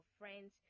friends